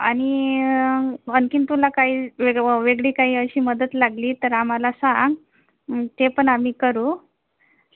आणि आणखी तुला काही वेगळं वेगळी काही अशी मदत लागली तर आम्हाला सांग ते पण आम्ही करू